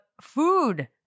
food